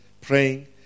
praying